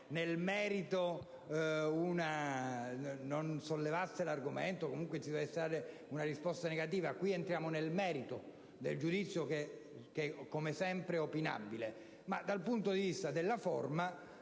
nel merito del giudizio che - come sempre - è opinabile. Dal punto di vista della forma,